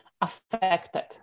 affected